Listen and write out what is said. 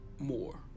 more